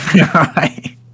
Right